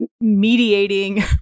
mediating